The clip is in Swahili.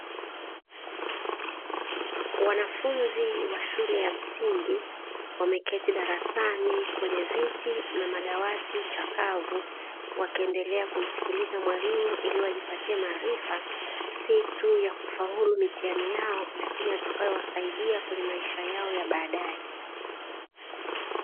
Wanafunzi wa shule ya msingi wameketi darasani kwenye viti na madawati chakavu, wakiendelea kumsikiliza mwalimu ili wajipatie maarifa, si tu ya kufaulu mitihani yao lakini yatakayowasaidia kwenye maisha yao ya baadaye.